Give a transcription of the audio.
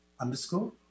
underscore